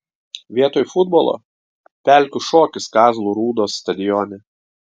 vietoj futbolo pelkių šokis kazlų rūdos stadione